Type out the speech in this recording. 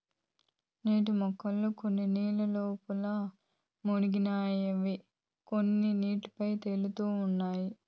నీటి మొక్కల్లో కొన్ని నీళ్ళ లోపల మునిగినవి ఇంకొన్ని నీటి పైన తేలుతా ఉంటాయి